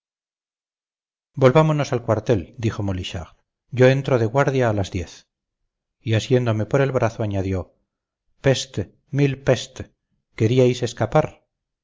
volvámonos al cuartel dijo molichard yo entro de guardia a las diez y asiéndome por el brazo añadió peste mille pestes queríais escapar